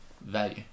value